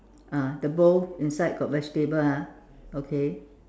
ah the bowl inside got vegetable ah okay